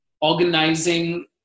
organizing